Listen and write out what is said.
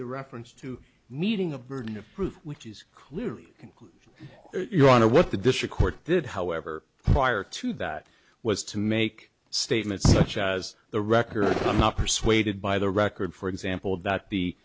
the reference to meeting of burden of proof which is clearly your honor what the district court did however prior to that was to make statements such as the record i'm not persuaded by the record for example that the